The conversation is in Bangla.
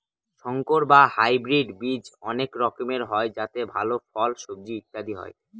সংকর বা হাইব্রিড বীজ অনেক রকমের হয় যাতে ভাল ফল, সবজি ইত্যাদি হয়